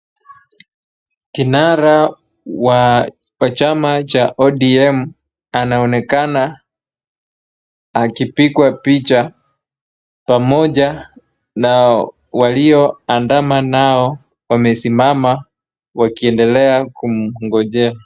Kinara wa chama cha ODM ,anaonekana akipigwa picha pamoja na walioandama nao wamesimama wakiendelea kumngojea.